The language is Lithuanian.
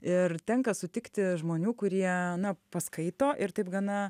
ir tenka sutikti žmonių kurie na paskaito ir taip gana